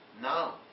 now